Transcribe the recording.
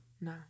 no